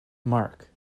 marc